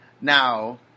Now